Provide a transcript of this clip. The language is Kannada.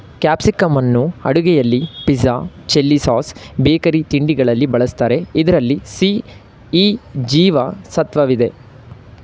ಕ್ಯಾಪ್ಸಿಕಂನ್ನು ಅಡುಗೆಯಲ್ಲಿ ಪಿಜ್ಜಾ, ಚಿಲ್ಲಿಸಾಸ್, ಬೇಕರಿ ತಿಂಡಿಗಳಲ್ಲಿ ಬಳ್ಸತ್ತರೆ ಇದ್ರಲ್ಲಿ ಸಿ, ಇ ಜೀವ ಸತ್ವವಿದೆ